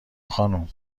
خانم